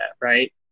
right